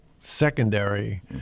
secondary